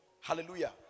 Hallelujah